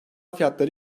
fiyatları